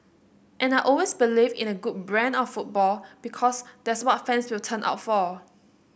and I always believed in a good brand of football because that's what fans will turn up for